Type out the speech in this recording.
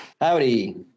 Howdy